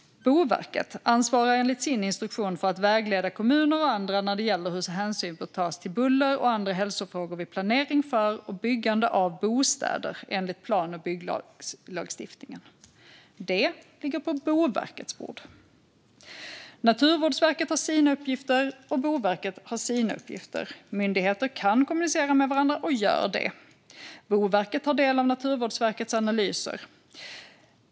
Boverket ansvarar enligt sin instruktion för att vägleda kommuner och andra när det gäller hur hänsyn bör tas till buller och andra hälsofrågor vid planering för och byggande av bostäder enligt plan och bygglagstiftningen. Det ligger på Boverkets bord. Naturvårdsverket har sina uppgifter, och Boverket har sina uppgifter. Myndigheter kan kommunicera med varandra - och gör det. Boverket tar del av Naturvårdsverkets analyser.